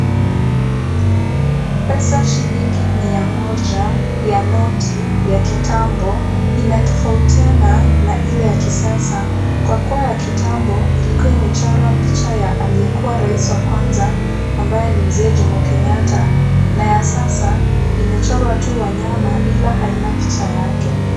Pesa shilingi mia moja ya noti ya kitambo inatofautiana na ile ya kisasa, kwa kuwa ya kitambo ilikuwa imechorwa picha ya aliyekuwa rais wa kwanza ambaye ni mzee Jomo Kenyatta na ya sasa imechorwa tu wanyama ila haina picha yake.